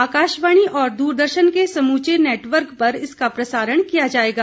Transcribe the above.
आकाशवाणी और दूरदर्शन के समूचे नेटवर्क पर इसका प्रसारण किया जाएगा